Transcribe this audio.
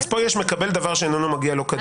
פה יש "מקבל דבר שאינו מגיע לו כדין".